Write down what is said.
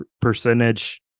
percentage